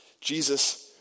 Jesus